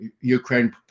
Ukraine